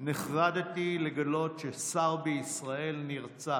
נחרדתי לגלות ששר בישראל נרצח.